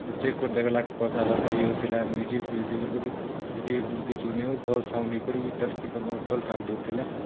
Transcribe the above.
ସେ ଚେକ୍ କରି ଦେଖେଲା କଥାବାର୍ତ୍ତା ଇଏ ହୋଉଥିଲା ମିୟୁଜିକ୍ ଫିୟୁଜିକ୍ ରୁ କରି ଟିକେ ଉଁ କି ଚୁଁ ନାଇ ଆର୍ ଭଲ୍ ସାଉଣ୍ଡ୍ ହେଇକରି ତା ସ୍ପିକର୍ମାନେ ଭଲ୍ କାମ୍ ଦଉଥିଲା